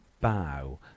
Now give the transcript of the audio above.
bow